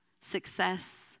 success